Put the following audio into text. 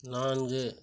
நான்கு